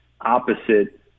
opposite